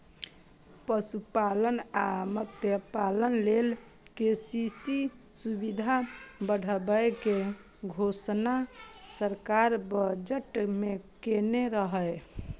पशुपालन आ मत्स्यपालन लेल के.सी.सी सुविधा बढ़ाबै के घोषणा सरकार बजट मे केने रहै